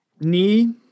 Knee